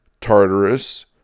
Tartarus